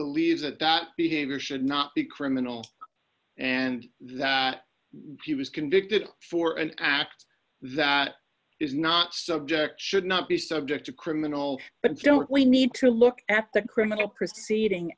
believes that that behavior should not be criminal and that he was convicted for an act that is not subject should not be subject to criminal but don't we need to look at the criminal proceeding